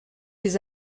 des